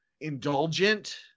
indulgent